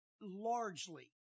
largely